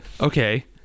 Okay